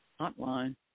hotline